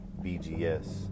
BGS